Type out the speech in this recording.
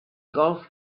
golf